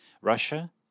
russia